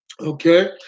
Okay